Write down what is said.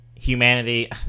humanity